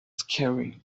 scary